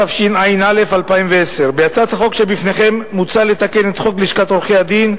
התשע"א 2010. בהצעת החוק שלפניכם מוצע לתקן את חוק לשכת עורכי-הדין,